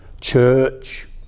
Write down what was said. church